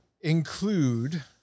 include